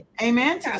Amen